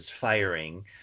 firing